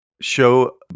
show